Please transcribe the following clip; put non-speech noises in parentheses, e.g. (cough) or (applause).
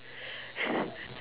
(laughs)